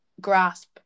grasp